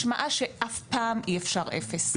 משמעה שאף פעם אי אפשר אפס.